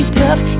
tough